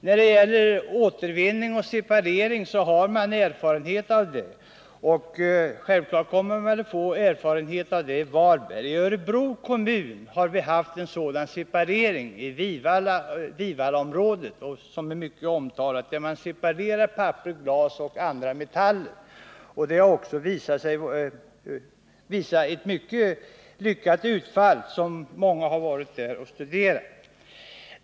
Man har redan erfarenheter av systemet med återvinning och avskiljning, och självfallet kommer man att få mer erfarenheter av det genom testverksamheten i Varbergs kommun. I Vivallaområdet i Örebro kommun har det lyckade utfallet av hushållens separeringsverksamhet blivit mycket omtalat, och många har varit där och studerat den. Man separerar där avfallet och skiljer på papper, glas och metaller.